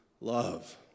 love